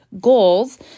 goals